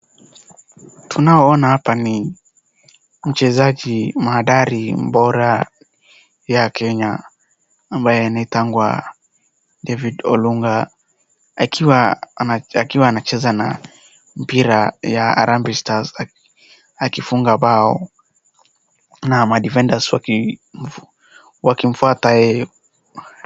Tunao ona hapa ni mchezaji mhadhari mbora ya Kenya ambaye anaitwangwa David Olunga, akiwa anacheza na mpira ya Harambee Stars akifunga bao na madefenders wakimfuta yeye.